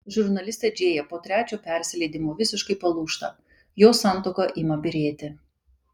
žurnalistė džėja po trečio persileidimo visiškai palūžta jos santuoka ima byrėti